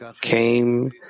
came